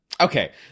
Okay